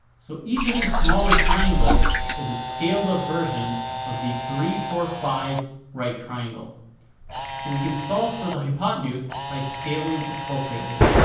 so each of these smaller triangles is a scaled up version of the three four five right triangle so we can solve for the hypotenuse by scaling appropriately